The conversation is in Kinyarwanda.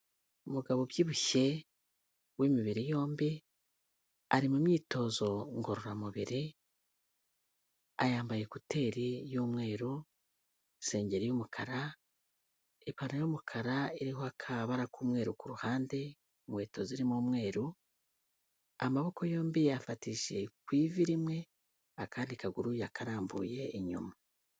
Umugabo ubyibushye w'imibiri yombi, ari mu myitozo ngororamubiri, yambaye kuteri y'umweru isengeri y'umukara, ipantaro y'umukara iriho akabara k'umweru ku ruhande, inkweto zirimo umweru, amaboko yombi yayafatishije ku ivi rimwe akandi kaguru yakarambuye inyuma.